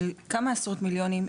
של כמה עשרות מיליונים,